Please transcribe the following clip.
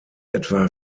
etwa